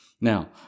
now